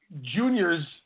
Juniors